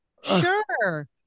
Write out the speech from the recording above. sure